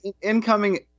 Incoming